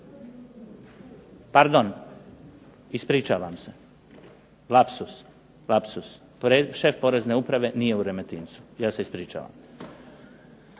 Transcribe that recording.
pardon ispričavam se lapsus, lapsus. Šef porezne uprave nije u Remetincu. Ja se ispričavam.